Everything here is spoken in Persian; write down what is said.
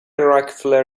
راکفلر